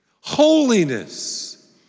Holiness